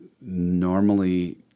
normally